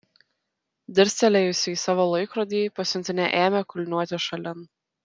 dirstelėjusi į savo laikrodį pasiuntinė ėmė kulniuoti šalin